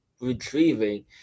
retrieving